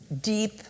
deep